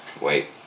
Wait